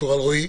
ד"ר אלרעי,